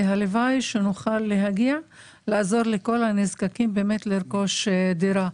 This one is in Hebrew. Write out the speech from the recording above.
הלוואי ונוכל לעזור לכל הנזקקים לרכוש דירה.